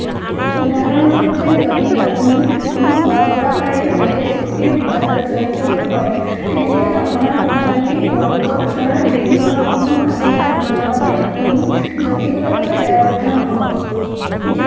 উদাহৰণস্বৰূপে যদি আপুনি কোনো সৰবৰাহকাৰীৰ সৈতে চুক্তিৰ বিবাদত জড়িত হৈ পৰে তেন্তে আপোনাৰ কোম্পানীয়ে তেওঁলোকৰ ওচৰত ঋণী হোৱা কোনো মাচুল বা ধনৰ বাবে আপুনি ব্যক্তিগতভাৱে দায়বদ্ধ নহ'ব